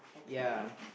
ya